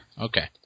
Okay